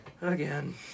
Again